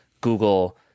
Google